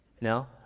no